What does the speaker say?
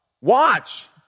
Watch